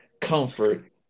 comfort